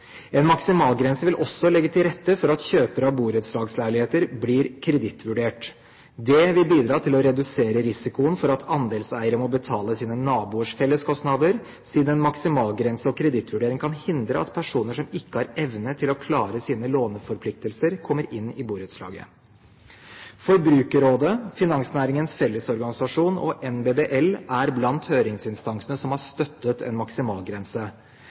En maksimalgrense vil også legge til rette for at kjøpere av borettslagsleiligheter blir kredittvurdert. Det vil bidra til å redusere risikoen for at andelseiere må betale sine naboers felleskostnader, siden en maksimalgrense og kredittvurdering kan hindre at personer som ikke har evne til å klare sine låneforpliktelser, kommer inn i borettslaget. Forbrukerrådet, Finansnæringens Fellesorganisasjon og NBBL er blant høringsinstansene som har støttet en maksimalgrense.